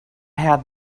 had